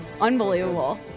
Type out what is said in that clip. Unbelievable